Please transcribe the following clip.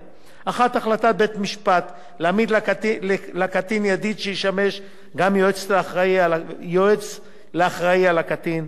1. החלטת בית-המשפט להעמיד לקטין ידיד שישמש גם יועץ לאחראי לקטין,